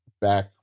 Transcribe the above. back